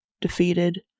Defeated